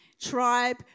tribe